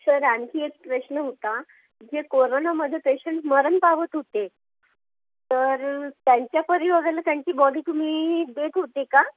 sir आणखी एक प्रश्न होता जे कोरोनामध्ये पेशंट मरण पावत होते तर त्यांच्या परिवाराला त्यांची बॉडी तुम्ही देत होते का